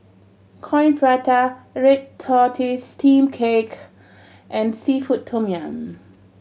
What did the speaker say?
Coin Prata red tortoise steamed cake and seafood tom yum